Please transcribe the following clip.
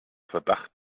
verdacht